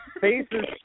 faces